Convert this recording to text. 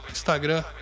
Instagram